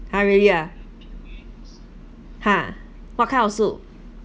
!huh! really ah !huh! what kind of soup